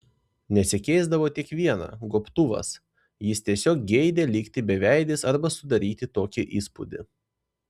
nesikeisdavo tik viena gobtuvas jis tiesiog geidė likti beveidis arba sudaryti tokį įspūdį